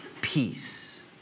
peace